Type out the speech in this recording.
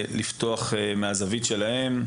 שיגידו את הדברים מהזווית שלהם.